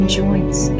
joints